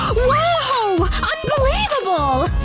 whoa! unbelievable!